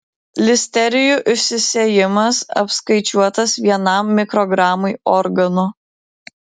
listerijų išsisėjimas apskaičiuotas vienam mikrogramui organo